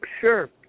Sure